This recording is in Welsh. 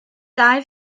ddau